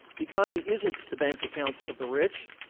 the economy isn't the bank accounts of the rich.